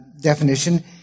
definition